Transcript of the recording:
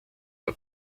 war